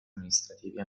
amministrativi